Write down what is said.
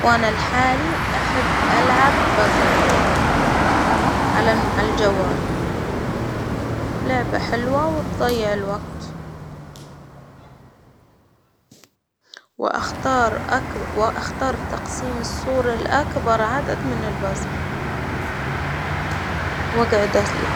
وأنا لحالي أحب ألعب بازل، على ال -الجوال، لعبة حلوة وتضيع الوقت، وأختار أكب وأختار تقسيم الصورة لأكبر عدد من البزل وأقعد العب.